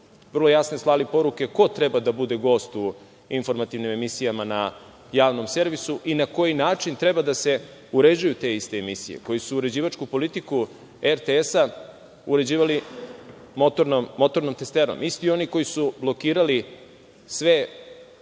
vrlo jasne slali poruke ko treba da bude gost u informativnim emisijama na javnom servisu i na koji način treba da se uređuju te iste emisije, koje su uređivačku politiku RTS-a uređivali motornom testerom? Isti oni koji su blokirali sve